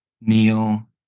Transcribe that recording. Neil